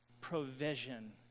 provision